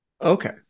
Okay